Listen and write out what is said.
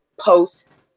post